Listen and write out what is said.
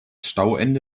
stauende